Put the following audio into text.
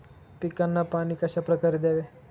पिकांना पाणी कशाप्रकारे द्यावे?